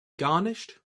garnished